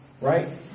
Right